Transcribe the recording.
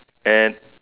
and